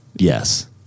Yes